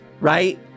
right